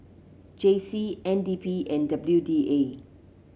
J C N D P and W D A